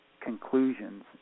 conclusions